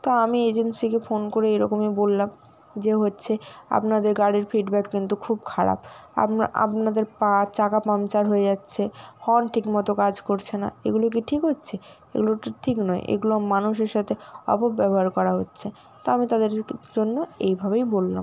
তা আমি এজেন্সিকে ফোন করে এরকমই বললাম যে হচ্ছে আপনাদের গাড়ির ফিডব্যাক কিন্তু খুব খারাপ আপনা আপনাদের পা চাকা পাংচার হয়ে যাচ্ছে হর্ন ঠিক মতো কাজ করছে না এগুলো কি ঠিক হচ্ছে এগুলো তো ঠিক নয় এগুলো মানুষের সাথে অপব্যবহার করা হচ্ছে তো আমি তাদের জন্য এইভাবেই বললাম